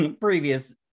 previous